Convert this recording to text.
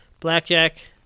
blackjack